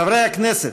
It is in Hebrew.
חברי הכנסת,